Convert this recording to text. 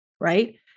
right